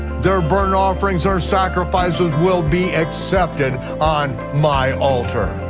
their burnt offerings or sacrifices will be accepted on my altar,